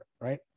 right